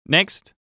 Next